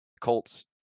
Colts